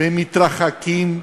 הם מתרחקים.